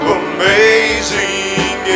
amazing